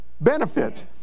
Benefits